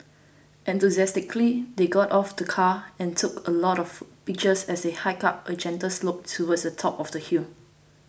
enthusiastically they got out of the car and took a lot of pictures as they hiked up a gentle slope towards the top of the hill